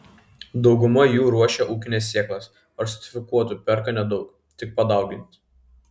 dauguma jų ruošia ūkines sėklas o sertifikuotų perka nedaug tik padauginti